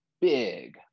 big